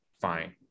fine